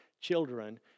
children